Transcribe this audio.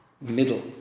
middle